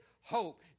hope